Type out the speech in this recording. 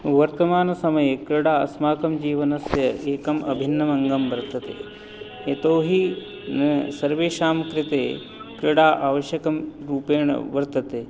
वर्तमानसमये क्रीडा अस्माकं जीवनस्य एकम् अभिन्नमङ्गं वर्तते यतोहि सर्वेषां कृते क्रीडा आवश्यकं रूपेण वर्तते